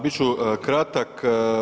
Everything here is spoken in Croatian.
Bit ću kratak.